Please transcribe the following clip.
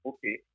Okay